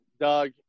Doug